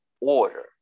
order